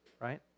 right